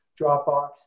Dropbox